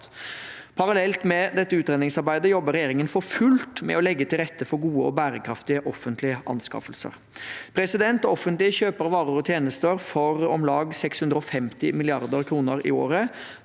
Parallelt med dette utredningsarbeidet jobber regjeringen for fullt med å legge til rette for gode og bærekraftige offentlige anskaffelser. Det offentlige kjøper varer og tjenester for om lag 650 mrd. kr i året.